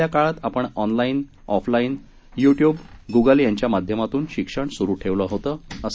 मधल्या काळात आपण online offline YouTube Google यांच्या माध्यमातून शिक्षण सुरु ठेवलं होतं